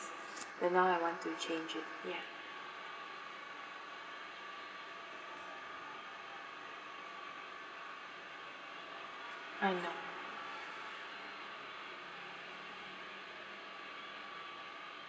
and now I want to change it yeah ah no